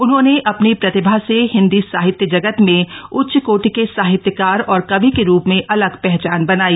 उन्होंने अपनी प्रतिभा से हिंदी साहित्य जगत में उच्च कोटी के साहित्यकार और कवि के रूप में अलग पहचान बनाई